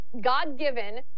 God-given